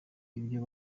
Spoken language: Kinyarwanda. ibyo